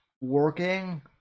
working